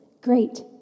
Great